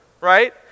right